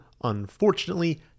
unfortunately